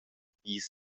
dis